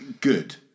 good